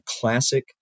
classic